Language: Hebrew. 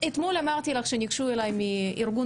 אתמול אמרתי לך שניגשו אליי מארגון